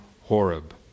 Horeb